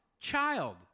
child